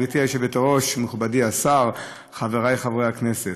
גברתי היושבת-ראש, מכובדי השר, חבריי חברי הכנסת,